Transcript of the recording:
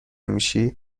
میشی